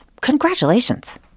congratulations